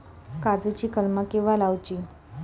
काजुची कलमा केव्हा लावची?